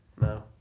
No